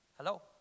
Hello